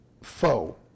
foe